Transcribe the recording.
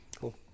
Cool